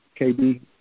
KB